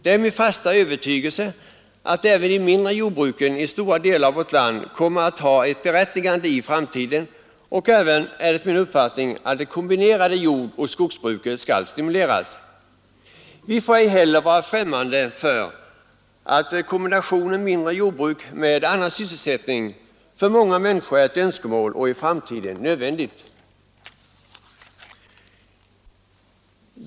Det är min fasta övertygelse att även de mindre jordbruken i stora delar av vårt land kommer att ha ett berättigande i framtiden, Det är även min uppfattning att det kombinerade jordoch skogsbruket skall stimuleras, Vi får ej heller vara främmande för att kombinationen mindre jordbruk med annan sysselsättning för många människor är ett önskemål och i framtiden en nödvändighet.